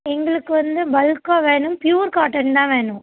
எங்களுக்கு வந்து பல்க்காக வேணும் பியூர் காட்டன் தான் வேணும்